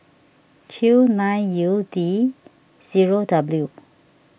Q nine U D zero W